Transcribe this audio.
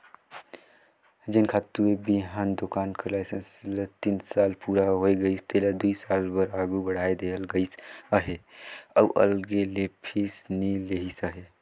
जेन खातूए बीहन दोकान कर लाइसेंस ल तीन साल पूरा होए गइस तेला दुई साल बर आघु बढ़ाए देहल गइस अहे अउ अलग ले फीस नी लेहिस अहे